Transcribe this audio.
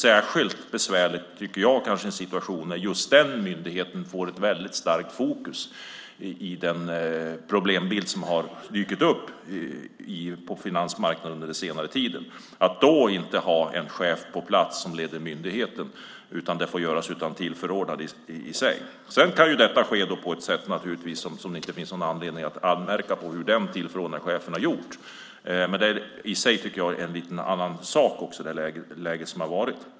Särskilt besvärligt är det i en situation där just den myndigheten hamnar i ett väldigt starkt fokus med anledning av den problembild som har dykt upp på finansmarknaden under senare tid att inte ha en chef på plats som leder myndigheten, utan att det får göras av en tillförordnad. Sedan kan detta naturligtvis ske på ett sätt av den tillförordnade chefen som det inte finns någon anledning att anmärka på, men det är en lite annan sak i det läge som nu är.